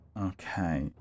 Okay